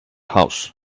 house